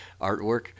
artwork